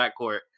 backcourt